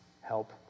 help